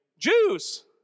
Jews